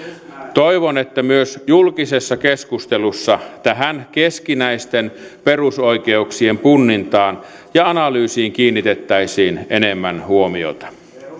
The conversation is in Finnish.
toivon että myös julkisessa keskustelussa tähän keskinäisten perusoikeuksien punnintaan ja analyysiin kiinnitettäisiin enemmän huomiota